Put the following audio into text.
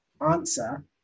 answer